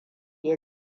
ya